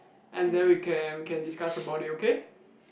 and then we can we can discuss about it okay